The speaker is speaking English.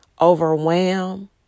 overwhelm